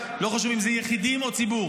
לא חשוב אם זה יחידים או ציבור.